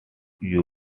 you